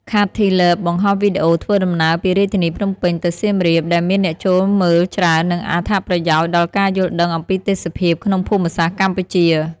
ខាតធី ទ្បើប បង្ហោះវីដេអូធ្វើដំណើរពីរាជធានីភ្នំពេញទៅសៀមរាប ដែលមានអ្នកចូលមើលច្រើន និងអត្ថប្រយោជន៍ដល់ការយល់ដឹងអំពីទេសភាពក្នុងភូមិសាស្រ្តកម្ពុជា។